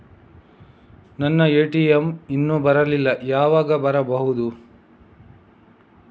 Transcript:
ನನ್ನ ಎ.ಟಿ.ಎಂ ಇನ್ನು ಬರಲಿಲ್ಲ, ಯಾವಾಗ ಬರಬಹುದು?